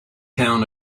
count